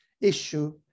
issue